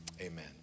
Amen